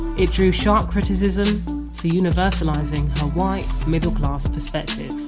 it drew sharp criticism for universalising her white middle class perspective.